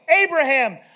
Abraham